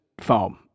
foam